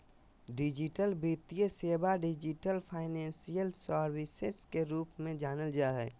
digital वित्तीय सेवा, digital financial services के रूप में जानल जा हइ